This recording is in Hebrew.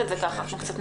אצל